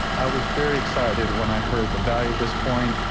i was very excited when i heard the value of this coin,